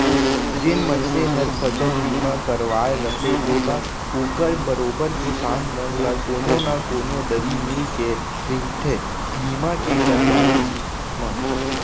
जेन मनसे हर फसल बीमा करवाय रथे ओला ओकर बरोबर किसान मन ल कोनो न कोनो दरी मिलके रहिथे बीमा के करवाब म